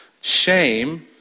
shame